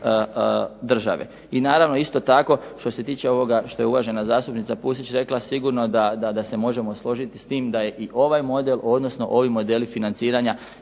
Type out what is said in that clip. I naravno isto tako što se tiče ovoga što je uvažena zastupnica Pusić rekla sigurno da se možemo složiti s tim da je i ovaj model, odnosno i ovi modeli financiranja